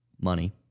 money